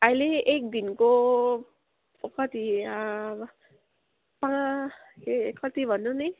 अहिले एक दिनको कति पाँ ए कति भन्नु नि